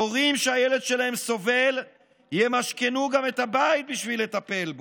הורים שהילד שלהם סובל גם ימשכנו את הבית בשביל לטפל בו.